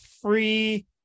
free